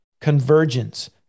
convergence